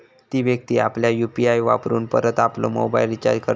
ती व्यक्ती आपल्या यु.पी.आय वापरून परत आपलो मोबाईल रिचार्ज करतली